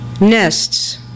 Nests